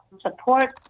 support